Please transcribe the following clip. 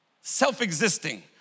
self-existing